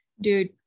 dude